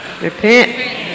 repent